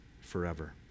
forever